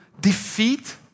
defeat